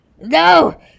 No